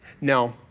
No